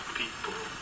people